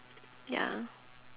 ya